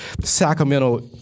Sacramento